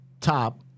top